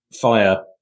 fire